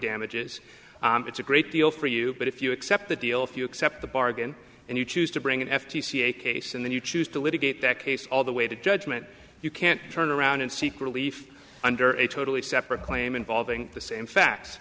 damages it's a great deal for you but if you accept the deal if you accept the bargain and you choose to bring an f t c a case and then you choose to litigate that case all the way to judgment you can't turn around and seek relief under a totally separate claim involving the same fa